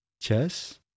chess